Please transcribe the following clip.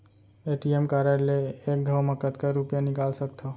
ATM card ले एक घव म कतका रुपिया निकाल सकथव?